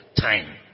time